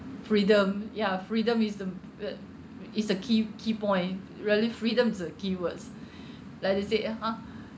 freedom ya freedom is the uh it is the key key point really freedom is keywords like they said ya ha